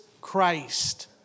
Christ